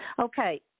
Okay